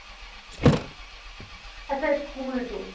अच्छा स्कूल जो